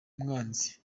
umwanzi